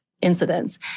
incidents